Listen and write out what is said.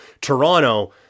Toronto